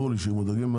ברור לי שהם מודאגים,